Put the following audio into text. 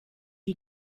you